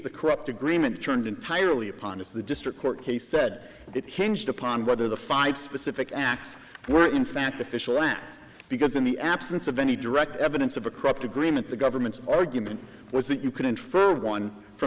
the corrupt agreement turned entirely upon is the district court case said it hinged upon whether the five specific acts were in fact official act because in the absence of any direct evidence of a corrupt agreement the government's argument was that you could infer one f